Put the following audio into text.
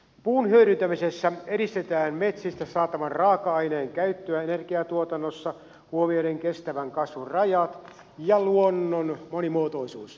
puun hyödyntämisessä edistetään metsistä saatavan raaka aineen käyttöä energiantuotannossa huomioiden kestävän kasvun rajat ja luonnon monimuotoisuus